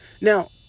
Now